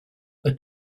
are